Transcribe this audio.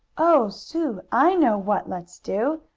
oh, sue! i know what let's do!